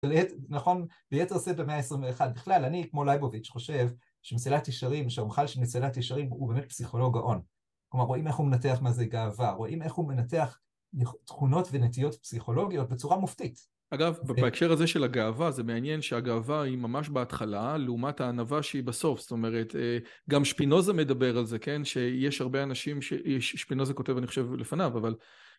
נכון, ביתר שאת במאה ה-21. בכלל, אני כמו לייבוביץ' חושב שמסילת ישרים, שהרמח"ל של מסילת ישרים הוא באמת פסיכולוג גאון. כלומר, רואים איך הוא מנתח מה זה גאווה, רואים איך הוא מנתח תכונות ונטיות פסיכולוגיות בצורה מופתית. אגב, בהקשר הזה של הגאווה, זה מעניין שהגאווה היא ממש בהתחלה, לעומת הענווה שהיא בסוף. זאת אומרת, גם שפינוזה מדבר על זה, כן? שיש הרבה אנשים ש... שפינוזה כותב, אני חושב, לפניו, אבל...